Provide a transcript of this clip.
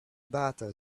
batter